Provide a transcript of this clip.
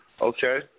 Okay